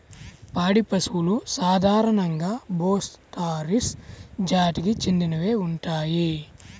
పాడి పశువులు సాధారణంగా బోస్ టారస్ జాతికి చెందినవే ఉంటాయి